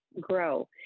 grow